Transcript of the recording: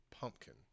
Pumpkin